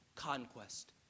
Conquest